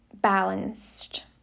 balanced